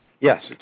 Yes